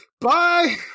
Bye